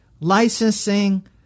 licensing